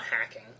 hacking